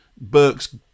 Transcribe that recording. burke's